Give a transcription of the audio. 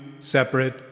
separate